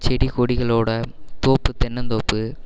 செடி கொடிகளோட தோப்பு தென்னந்தோப்பு